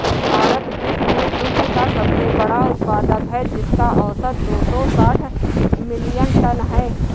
भारत विश्व में दुग्ध का सबसे बड़ा उत्पादक है, जिसका औसत दो सौ साठ मिलियन टन है